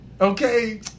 Okay